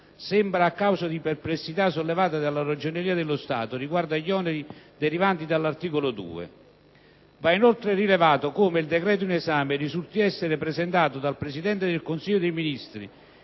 sembra a causa di perplessità sollevate dalla Ragioneria dello Stato riguardo agli oneri derivanti dall'articolo 2. Va inoltre rilevato come il decreto in esame risulti essere presentato dal Presidente del Consiglio dei ministri